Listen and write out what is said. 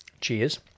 cheers